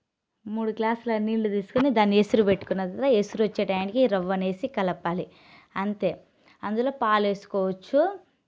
మూడు గ్లాసుల నీళ్లు తీసుకొని దాన్ని ఎసురు పెట్టుకున్న ఎసురు వచ్చే టయానికి రవ్వ నేసి కలపాలి అంతే అందులో పాలు వేసుకోవచ్చు